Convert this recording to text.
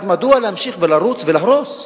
מדוע להמשיך ולרוץ ולהרוס?